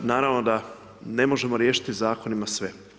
Naravno da ne možemo riješiti zakonima sve.